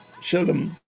shalom